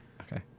Okay